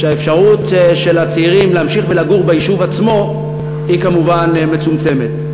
והאפשרות של הצעירים להמשיך ולגור ביישוב עצמו היא כמובן מצומצמת.